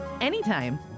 anytime